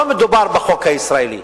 לא מדובר בחוק הישראלי.